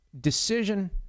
decision